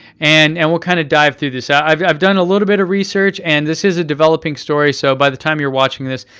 and and we'll kind of dive through this. i've i've done a little bit of research, and this is a developing story. so by the time you're watching this,